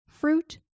fruit